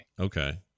okay